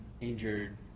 injured